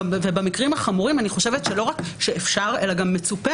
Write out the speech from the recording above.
ובמקרים החמורים אני חושבת שלא רק שאפשר אלא גם מצופה